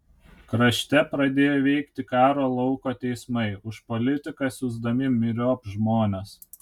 krašte pradėjo veikti karo lauko teismai už politiką siųsdami myriop žmones